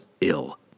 ill